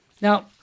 Now